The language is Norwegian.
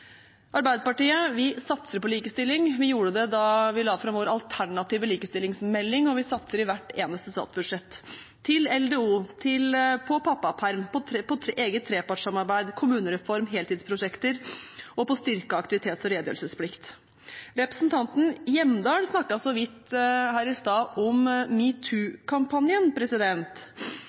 Arbeiderpartiet satser på likestilling. Vi gjorde det da vi la fram vår alternative likestillingsmelding, og vi satser i hvert eneste statsbudsjett på LDO, på pappaperm, på eget trepartssamarbeid, på kommunereform, på heltidsprosjekter og på å styrke aktivitets- og redegjørelsesplikten. Representanten Hjemdal snakket i stad så vidt om